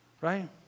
Right